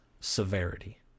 severity